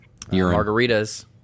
margaritas